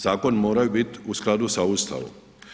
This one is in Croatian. Zakoni moraju biti u skladu sa Ustavom.